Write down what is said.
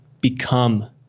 become